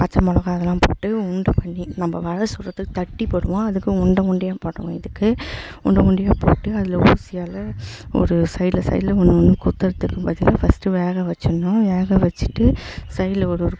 பச்சைமொளகா அதெல்லாம் போட்டு உருண்ட பண்ணி நம்ம வடை சுடுறத்துக்கு தட்டிப் போடுவோம் அதுக்கு உருண்ட உருண்டையா போடணும் இதுக்கு உருண்ட உருண்டையா போட்டு அதில் ஊசியால் ஒரு சைடில் சைடில் ஒன்று ஒன்று குத்துறத்துக்கு பதிலாக ஃபஸ்ட்டு வேக வைச்சிர்ணும் வேக வைச்சிட்டு சைடில் ஒரு ஒரு